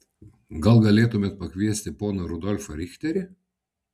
gal galėtumėte pakviesti poną rudolfą richterį